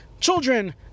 children